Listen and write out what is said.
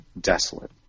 desolate